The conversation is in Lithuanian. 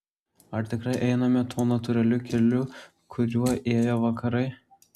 ar tikrai einame tuo natūraliu keliu kuriuo ėjo vakarai